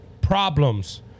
problems